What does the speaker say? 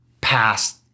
past